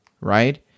right